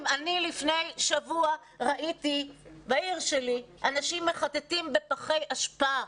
לפני שבוע ראיתי בעיר שלי אנשים מחטטים בפחי אשפה.